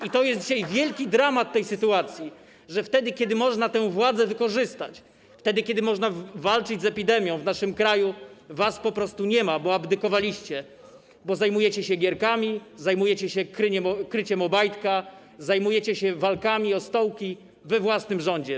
I to jest dzisiaj wielki dramat tej sytuacji, że wtedy kiedy można tę władzę wykorzystać, wtedy kiedy można walczyć z epidemią w naszym kraju, was po prostu nie ma, bo abdykowaliście, bo zajmujecie się gierkami, zajmujecie się kryciem Obajtka, zajmujecie się walkami o stołki we własnym rządzie.